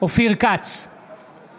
אופיר כץ, בעד חיים כץ,